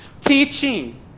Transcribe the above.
teaching